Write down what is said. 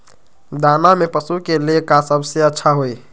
दाना में पशु के ले का सबसे अच्छा होई?